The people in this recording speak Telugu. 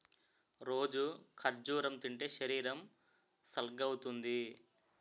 రోజూ ఖర్జూరం తింటే శరీరం సల్గవుతుంది